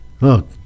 Look